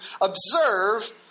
observe